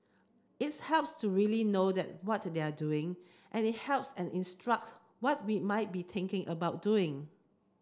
it's helps to really know what they're doing and it helps and instruct what we might be thinking about doing